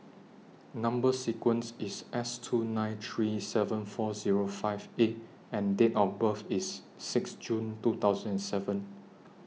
Number sequence IS S two nine three seven four Zero five A and Date of birth IS six June two thousand and seven